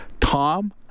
Tom